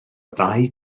ddau